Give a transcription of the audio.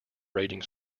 raging